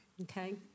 Okay